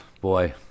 Boy